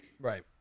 right